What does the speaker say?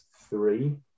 three